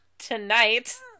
Tonight